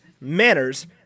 manners